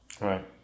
Right